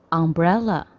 umbrella